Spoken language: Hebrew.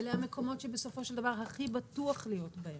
אלה המקומות שבסופו של דבר הכי בטוח להיות בהם.